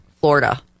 Florida